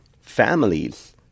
families